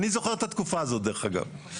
אני זוכר את התקופה הזאת, דרך אגב.